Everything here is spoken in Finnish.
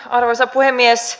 arvoisa puhemies